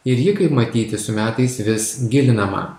ir ji kaip matyti su metais vis gilinama